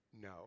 no